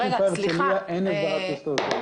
לשדה התעופה הרצליה אין הסדרה סטטוטורית.